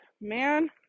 man